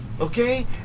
okay